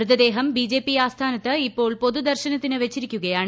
മൃതദേഹം B J P ആസ്ഥാനത്ത് ഇപ്പോൾ പൊതുദർശനത്തിന് വച്ചിരിക്കുകയാണ്